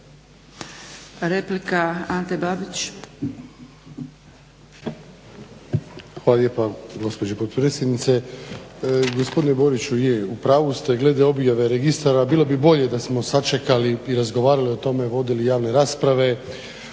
Replika Ante Babić.